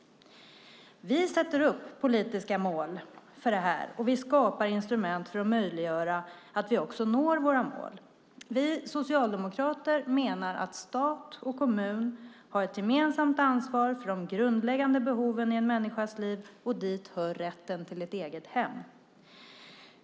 Vi sätter upp politiska mål för detta och skapar instrument för att göra det möjligt att nå målen. Vi socialdemokrater menar att stat och kommun har ett gemensamt ansvar för de grundläggande behoven i en människas liv, och dit hör rätten till ett eget hem.